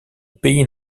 pays